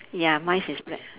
ya mine is black